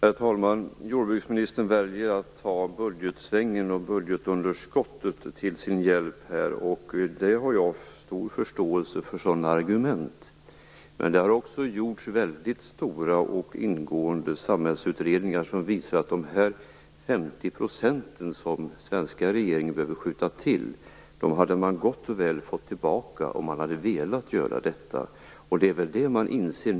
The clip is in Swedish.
Herr talman! Jordbruksministern väljer budgetsvängen och tar budgetunderskottet till sin hjälp här, och jag har stor förståelse för sådana argument. Det har dock gjorts väldigt stora och ingående samhällsutredningar som visar att man gott och väl hade fått tillbaka de 50 % som den svenska regeringen behöver skjuta till, om man hade velat göra detta. Det är väl det som man nu inser.